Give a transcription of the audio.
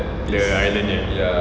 the ireland eh